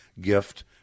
gift